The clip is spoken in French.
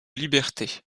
liberté